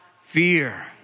fear